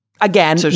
Again